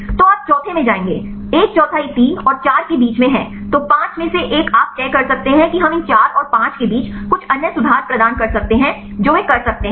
तो आप चौथे में जाएंगे एक चौथाई 3 और 4 के बीच में है तो 5 में से एक आप तय कर सकते हैं कि हम इन 4 और 5 के बीच कुछ अन्य सुधार प्रदान कर सकते हैं जो वे कर सकते हैं